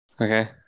Okay